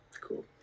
Cool